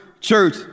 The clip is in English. church